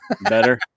Better